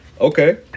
Okay